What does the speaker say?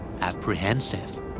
Apprehensive